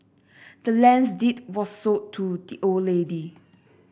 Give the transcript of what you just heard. the land's deed was sold to the old lady